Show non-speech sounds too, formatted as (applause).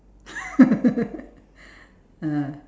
(laughs) ah